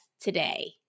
today